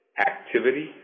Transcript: activity